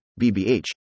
BBH